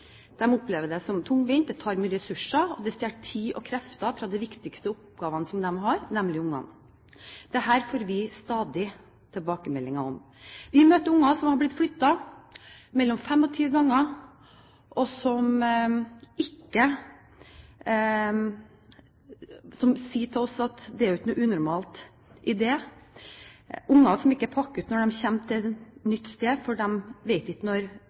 opplever det som tungvint, det tar mye ressurser, det stjeler tid og krefter fra de viktigste oppgavene de har, nemlig barna. Dette får vi stadig tilbakemeldinger om. Vi møter barn som har blitt flyttet 25 ganger, og som sier til oss at det ikke er noe unormalt i det – barn som ikke pakker ut når de kommer til et nytt sted, for de vet ikke når